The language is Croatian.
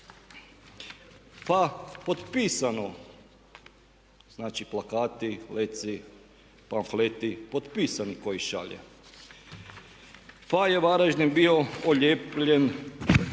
pa potpisano plakati, letci, pamfleti potpisano tko ih šalje, pa je Varaždin bio polijepljen